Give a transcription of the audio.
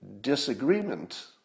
disagreement